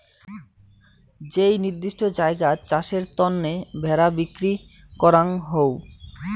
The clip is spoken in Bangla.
যেই নির্দিষ্ট জায়গাত চাষের তন্ন ভেড়া বিক্রি করাঙ হউ